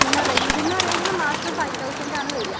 പിന്നെ റെൻറ്റിന്ന് പറയുന്നത് മാസം ഫൈവ് തൗസൻഡ് ആണ് വരിക